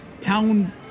town